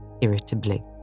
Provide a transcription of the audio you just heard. irritably